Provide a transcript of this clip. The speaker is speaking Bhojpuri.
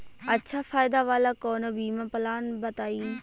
अच्छा फायदा वाला कवनो बीमा पलान बताईं?